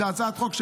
זו הצעת חוק,